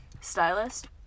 Stylist